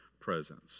presence